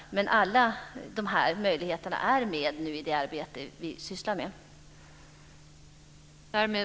Men alla dessa möjligheter finns med i det arbete som vi nu sysslar med.